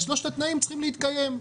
אז שלושת התנאים צריכים להתקיים,